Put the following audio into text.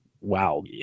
wow